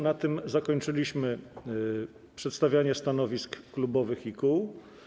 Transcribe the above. Na tym zakończyliśmy przedstawianie stanowisk klubów i kół.